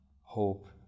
hope